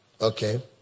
Okay